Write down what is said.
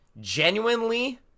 genuinely